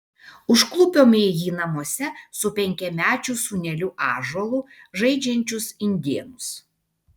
užklupome jį namuose su penkiamečiu sūneliu ąžuolu žaidžiančius indėnus